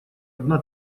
одна